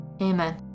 Amen